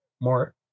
more